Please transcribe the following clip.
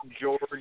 George